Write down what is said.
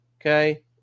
Okay